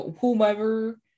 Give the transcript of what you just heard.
whomever